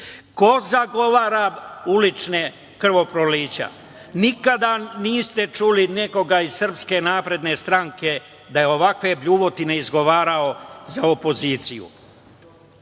zagovara ulična krvoprolića? Nikada niste čuli nekoga iz Srpske napredne stranke da je ovakve bljuvotine izgovarao za opoziciju.